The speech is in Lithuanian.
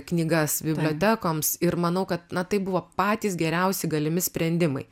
knygas bibliotekoms ir manau kad na tai buvo patys geriausi galimi sprendimai